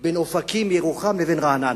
בין אופקים, ירוחם, לבין רעננה.